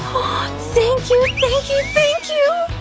thank you thank you thank you!